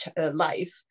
life